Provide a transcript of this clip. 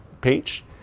page